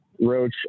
Roach